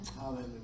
Hallelujah